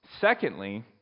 Secondly